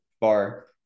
bar